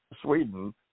Sweden